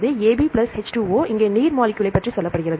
AB plus H2O இங்கே நீர் மாலிக்யூலை பற்றி சொல்லப்படுகிறது